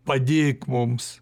padėk mums